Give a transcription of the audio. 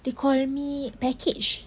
they call me package